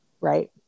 Right